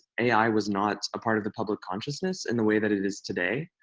ai was not a part of the public consciousness in the way that it is today.